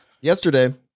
yesterday